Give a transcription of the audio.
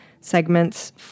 segments